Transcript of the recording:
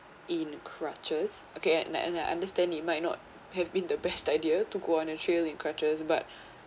in crutches okay and I and I understand it might not have been the best idea to go on a trail in crutches but